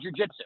jujitsu